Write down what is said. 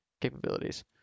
capabilities